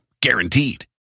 Guaranteed